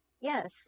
Yes